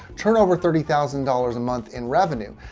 turn over thirty thousand dollars a month in revenue.